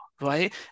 right